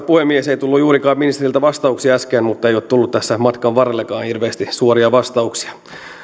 puhemies ei tullut juurikaan ministeriltä vastauksia äsken mutta ei ole tullut tässä matkan varrellakaan hirveästi suoria vastauksia